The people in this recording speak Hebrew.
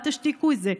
אל תשתיקו את זה,